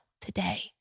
today